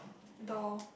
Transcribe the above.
door